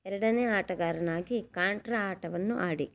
ಎರಡನೇ ಆಟಗಾರನಾಗಿ ಕಾಂಟ್ರಾ ಆಟವನ್ನು ಆಡಿ